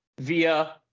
via